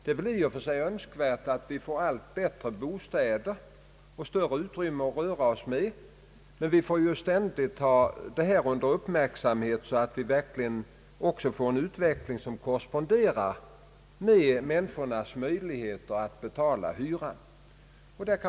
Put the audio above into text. Det är i och för sig önskvärt att vi får allt bättre bostäder och större utrymme att röra oss på, men vi måste ständigt uppmärksamma att utvecklingen verkligen måste korrespondera med människornas möjligheter att betala hyra.